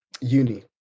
uni